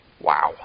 Wow